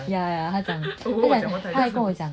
ya ya 他讲他还跟我讲